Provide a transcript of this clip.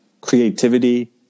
creativity